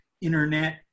internet